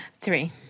Three